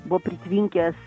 buvo pritvinkęs